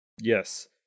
Yes